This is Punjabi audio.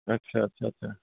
ਅੱਛਾ ਅੱਛਾ ਅੱਛਾ